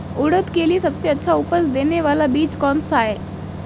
उड़द के लिए सबसे अच्छा उपज देने वाला बीज कौनसा है?